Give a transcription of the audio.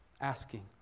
asking